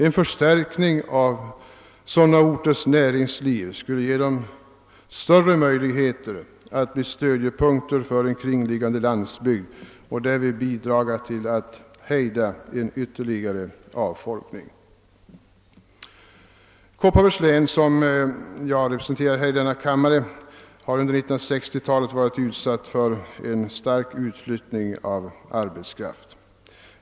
En förstärkning av sådana orters näringsliv skulle ge dem större möjligheter att bli stödjepunkter för kringliggande landsbygd och därmed bidra till att hejda en ytterligare avfolkning. Kopparbergs län, som jag representerar i denna kammare, har under 1960 talet varit utsatt för en stark utflyttning av arbetskraft.